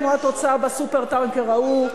כמו התוצאה ב"סופר-טנקר" ההוא,